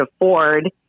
afford